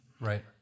Right